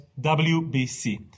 WBC